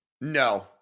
No